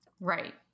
Right